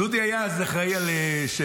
דודי היה אז אחראי על שפ"ע.